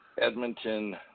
Edmonton